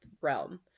realm